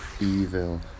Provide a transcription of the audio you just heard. evil